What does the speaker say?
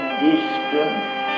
distance